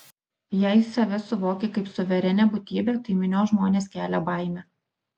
jei save suvoki kaip suverenią būtybę tai minios žmonės kelia baimę